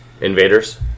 Invaders